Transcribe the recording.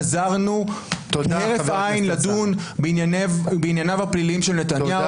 חזרנו כהרף עין לדון בענייניו הפליליים של נתניהו -- תודה,